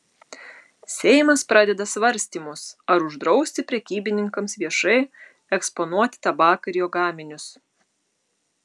seimas pradeda svarstymus ar uždrausti prekybininkams viešai eksponuoti tabaką ir jo gaminius